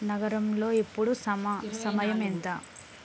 నగరంలో ఇప్పుడు సమయం ఎంత